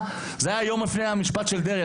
זוכר איך ביום שלפני המשפט של דרעי,